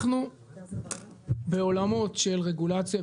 אנחנו בעולמות של רגולציה,